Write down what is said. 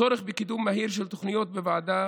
הצורך בקידום מהיר של תוכניות בוועדה